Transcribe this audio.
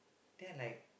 then I like